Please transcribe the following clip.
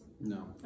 No